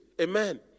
Amen